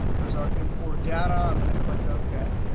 there's our import data. i'm going to click ok.